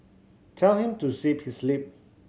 tell him to zip his lip